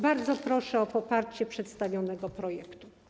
Bardzo proszę o poparcie przedstawionego projektu.